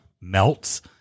melts